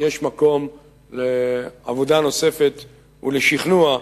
יש מקום לעבודה נוספת ולשכנוע.